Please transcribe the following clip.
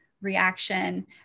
reaction